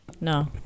No